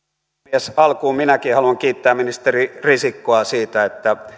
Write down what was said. puhemies alkuun minäkin haluan kiittää ministeri risikkoa siitä että